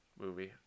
movie